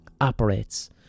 operates